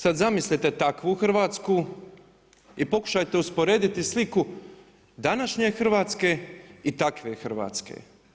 Sada zamislite takvu Hrvatsku i pokušajte usporediti sliku današnje Hrvatske i takve Hrvatske.